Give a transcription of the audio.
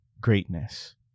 greatness